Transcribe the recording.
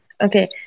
okay